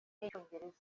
nk’icyongereza